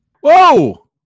Whoa